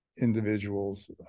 individuals